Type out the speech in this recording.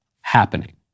happening